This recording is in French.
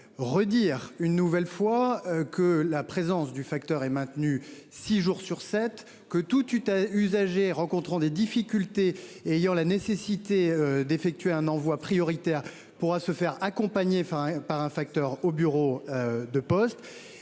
redire une nouvelle fois que la présence du facteur est maintenu, six jours sur sept que tout tu t'as usagers rencontrant des difficultés ayant la nécessité d'effectuer un envoi prioritaire pourra se faire accompagner, enfin par un facteur au bureau de poste